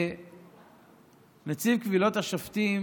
נציב קבילות השופטים